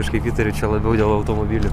kažkaip įtariu čia labiau dėl automobilių